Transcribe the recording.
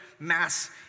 Mass